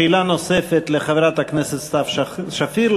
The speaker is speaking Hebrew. שאלה נוספת לחברת הכנסת סתיו שפיר.